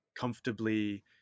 comfortably